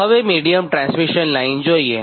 તો હવે medium transmission line જોઇએ